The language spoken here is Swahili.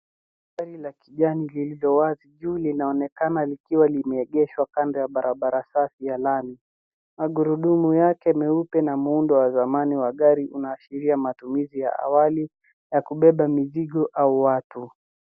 Gari la kijani lililowazi juu linaonekana likiwa limeegeshwa kando ya barabara safi ya lami magurudumu yake meupe na muundo wa zamani wa gari unaashiria matumizi ya awali ya kubeba mizigo au watu.